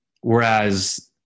whereas